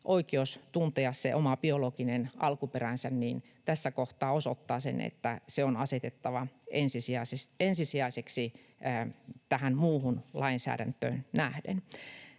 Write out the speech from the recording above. oikeus tuntea se oma biologinen alkuperänsä on asetettava ensisijaiseksi tähän muuhun lainsäädäntöön nähden.